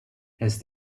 has